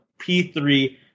P3